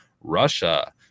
Russia